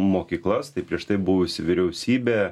mokyklas tai prieš tai buvusi vyriausybė